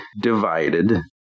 divided